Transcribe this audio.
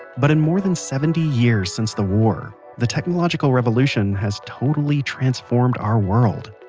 but in more than seventy years since the war, the technological revolution has totally transformed our world,